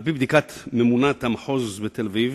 על-פי בדיקת הממונה על המחוז בתל-אביב,